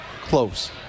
close